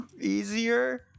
easier